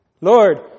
Lord